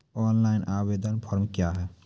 Online आवेदन form क्या हैं?